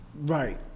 Right